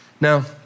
Now